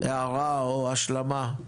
הערה או השלמה.